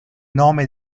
nome